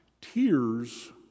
tears